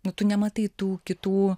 nu tu nematai tų kitų